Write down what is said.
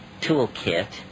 toolkit